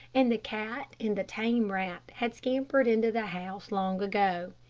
and the cat and the tame rat had scampered into the house long ago.